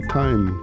time